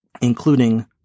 including